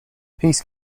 peace